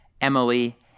emily